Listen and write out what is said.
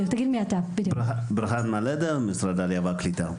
אני ממשרד העלייה והקליטה.